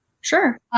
Sure